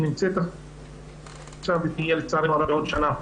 נמצאת עכשיו ותהיה לצערנו הרב בעוד שנה,